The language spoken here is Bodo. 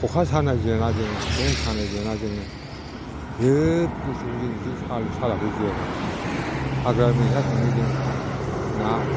खखा सानाय जेना जोङो सेन सानाय जेना जोङो सोब बुस्थुआव जों जे सालु सालाखौ जेना हाग्रा मैहा थाङो जों ना